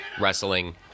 wrestling